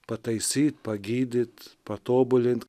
pataisyt pagydyt patobulint